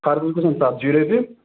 خربُز گژھان ژَتجی رۄپیہِ